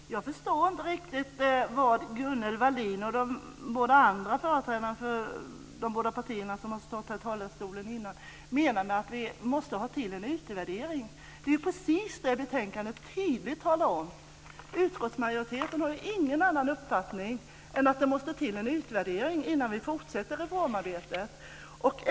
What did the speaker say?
Fru talman! Jag förstår inte riktigt vad Gunnel Wallin och företrädarna för de båda andra partierna som har stått här i talarstolen tidigare menar med att vi måste ha en utvärdering. Det är precis det betänkandet tydligt talar om. Utskottsmajoriteten har ingen annan uppfattning än att det måste till en utvärdering innan vi fortsätter reformarbetet.